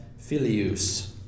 phileus